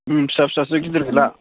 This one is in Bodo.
उम फिसा फिसासो गिदिर गैला